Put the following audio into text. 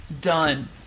Done